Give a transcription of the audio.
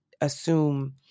assume